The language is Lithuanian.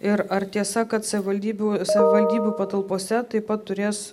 ir ar tiesa kad savivaldybių savivaldybių patalpose taip pat turės